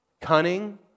cunning